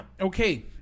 okay